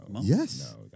Yes